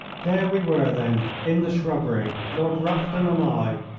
there we were, then, in the shrubbery, lord rufton and i,